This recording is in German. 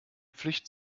pflicht